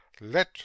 let